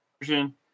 version